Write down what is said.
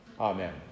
Amen